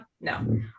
No